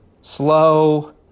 slow